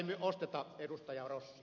rossi vaan euroilla